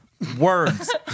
Words